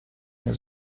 nie